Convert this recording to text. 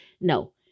no